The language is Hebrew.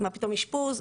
מה פתאום אשפוז?